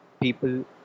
people